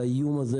את האיום הזה,